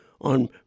on